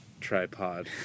tripod